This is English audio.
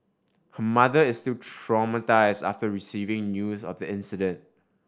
her mother is still traumatised after receiving news of the accident